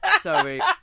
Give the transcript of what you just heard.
Sorry